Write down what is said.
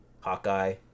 Hawkeye